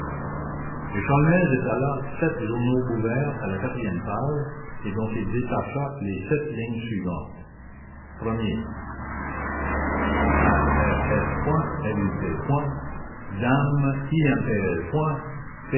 et sholmès étala sept journaux ouverts à la quatrième page et dont il détacha les sept lignes suivantes lup dame